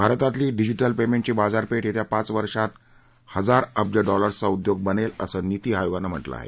भारतातली डिजिटल पेमेंटची बाजारपेठ येत्या पाच वर्षात हजार अब्ज डॉलर्सचा उद्योग बनेल असं निती आयोगानं म्हटलं आहे